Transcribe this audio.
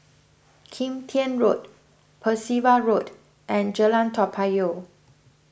Kim Tian Road Percival Road and Jalan Toa Payoh